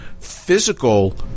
physical